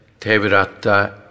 Tevratta